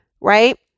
right